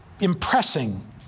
impressing